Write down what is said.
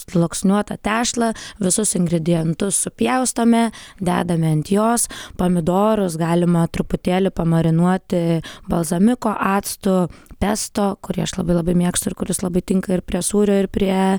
sluoksniuotą tešlą visus ingredientus supjaustome dedame ant jos pomidorus galima truputėlį pamarinuoti balzamiko actu pesto kurį aš labai labai mėgstu ir kuris labai tinka ir prie sūrio ir prie